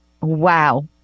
Wow